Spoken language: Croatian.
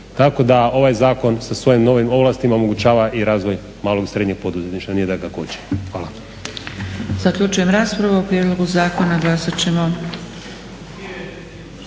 Tako da ovaj zakon sa svojim novim ovlastima omogućava i razvoj malog i srednjeg poduzetništva nije da ga koči. Hvala.